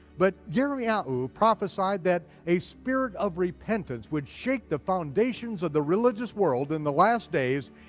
but yirmeyaho prophesied that a spirit of repentance would shake the foundations of the religious world in the last days,